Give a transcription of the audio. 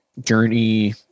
Journey